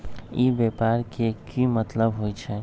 ई व्यापार के की मतलब होई छई?